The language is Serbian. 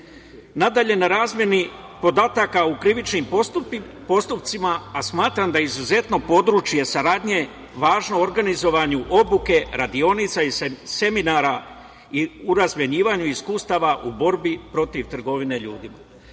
na razmeni podataka u krivičnim postupcima, a smatram da je izuzetno područje saradnje važno u organizovanju obuke, radionica i seminara i u razmenjivanju iskustava u borbi protiv trgovine